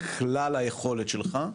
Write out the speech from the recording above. כלל היכולת שלך,